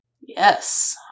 Yes